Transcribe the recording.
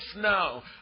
now